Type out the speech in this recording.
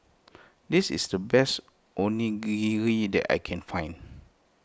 this is the best Onigiri that I can find